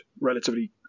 relatively